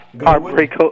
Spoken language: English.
Heartbreak